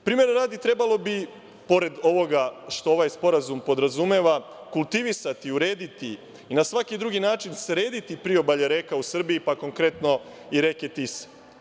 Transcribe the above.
Primera radi, trebalo bi pored ovoga što ovaj sporazume podrazumeva kultivisati, urediti i na svaki drugi način srediti priobalje reka u Srbiji, pa konkretno i reke Tise.